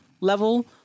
level